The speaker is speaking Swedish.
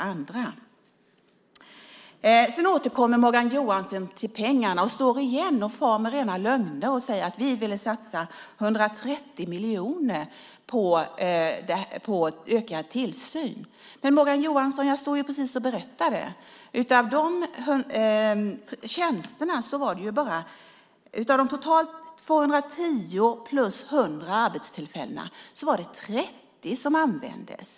Morgan Johansson återkommer till pengarna. Han far med rena lögner och säger att de ville satsa 130 miljoner på ökad tillsyn. Men, Morgan Johansson, jag står precis här och berättar att av de totalt 210 och därtill 100 arbetstillfällena var det 30 som användes.